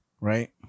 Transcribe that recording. right